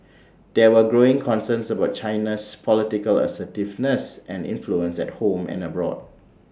there are growing concerns about China's political assertiveness and influence at home and abroad